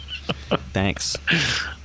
Thanks